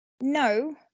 No